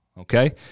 Okay